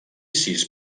sis